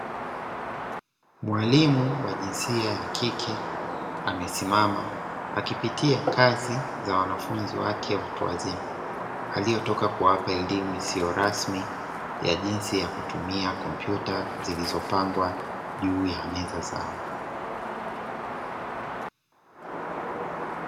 Mwalimu wa jinsia ya kike amesimama akipitia kazi za wanafunzi wake watu wazima, aliyotoka kuwapa elimu isiyo rasmi ya jinsi ya kutumia kompyuta zilizopangwa juu ya meza zao.